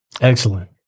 Excellent